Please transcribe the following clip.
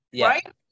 Right